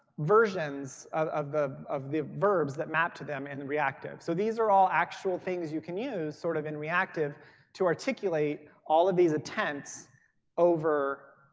versions of the of the verbs that mapped them in the reactive. so these are all actual things you can use sort of in reactive to articulate all of these attempts over